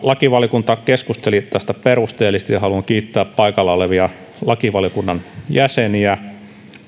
lakivaliokunta keskusteli tästä perusteellisesti ja haluan kiittää paikalla olevia lakivaliokunnan jäseniä